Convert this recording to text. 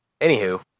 anywho